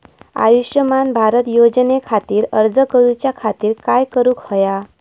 आयुष्यमान भारत योजने खातिर अर्ज करूच्या खातिर काय करुक होया?